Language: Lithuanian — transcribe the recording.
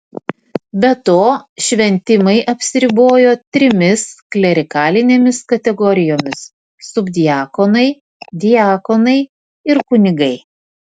be to šventimai apsiribojo trimis klerikalinėmis kategorijomis subdiakonai diakonai ir kunigai